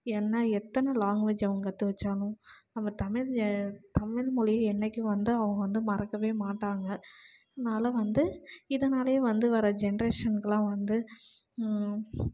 ஏன்னால் எத்தனை லாங்குவேஜ் அவங்க கற்று வச்சாலும் அவங்க தமிழில் தமிழ்மொழியை என்றைக்கும் வந்து அவங்க வந்து மறக்கவே மாட்டாங்க இதனால் வந்து இதனாலேயே வந்து வர ஜென்ட்ரேஷன்க்குலாம் வந்து